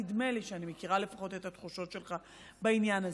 נדמה לי שאני מכירה לפחות את התחושות שלך בעניין הזה.